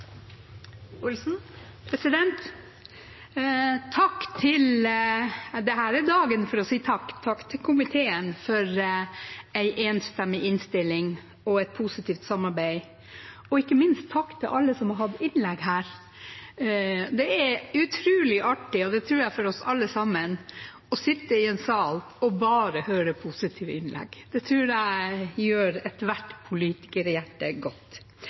dagen for å si takk, takk til komiteen for en enstemmig innstilling og et positivt samarbeid, og ikke minst takk til alle som har hatt innlegg her. Det er utrolig artig – og det tror jeg det er for oss alle sammen – å sitte i salen og bare høre positive innlegg. Det tror jeg gjør ethvert politikerhjerte godt.